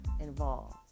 involved